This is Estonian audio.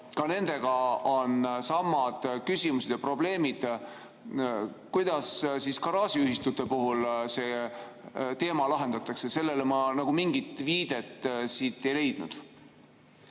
nendega on samad küsimused ja probleemid. Kuidas garaažiühistute puhul see teema lahendatakse? Sellele ma mingit viidet siit ei leidnud.